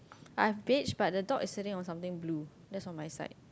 I have beige but the dog is sitting on something blue that's on my side